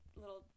little